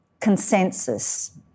consensus